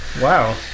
Wow